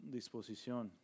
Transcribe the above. disposición